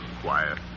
quiet